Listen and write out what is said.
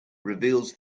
reveals